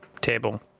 table